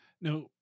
Now